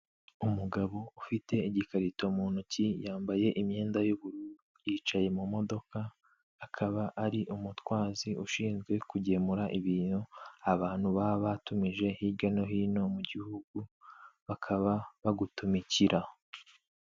Umugabo ufite igikarito mu ntoki, yambaye imyenda y'ubururu, yicaye mu modoka. Akaba ari umutwazi ushinzwe kugemura ibintu, abantu baba batumije hirya no hino mu gihugu bakaba bagutumikira.